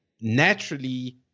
naturally